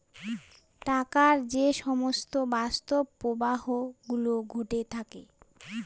টাকার যে সমস্ত বাস্তব প্রবাহ গুলো ঘটে থাকে